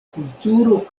kulturo